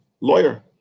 lawyer